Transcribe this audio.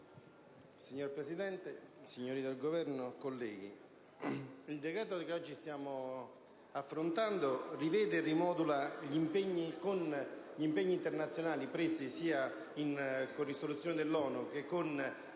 Signor Presidente, signori del Governo, colleghi, il decreto che oggi stiamo affrontando rivede e rimodula, con gli impegni internazionali presi sia con risoluzioni dell'ONU che con direttive dell'Unione